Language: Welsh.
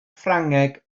ffrangeg